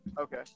Okay